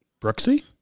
Brooksy